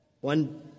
One